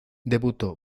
debutó